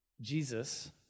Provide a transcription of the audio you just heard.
Jesus